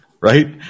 right